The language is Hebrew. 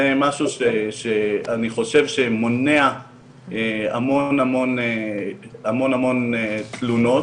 משהו שאני חושב שמונע המון המון תלונות,